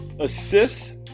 assists